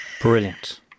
brilliant